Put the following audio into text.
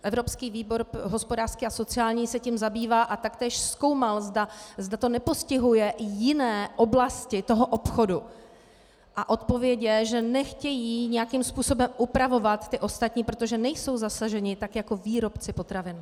Evropský výbor hospodářský a sociální se tím zabývá a taktéž zkoumal, zda to nepostihuje i jiné oblasti obchodu, a odpověď je, že nechtějí nějakým způsobem upravovat ty ostatní, protože nejsou zasaženi tak jako výrobci potravin.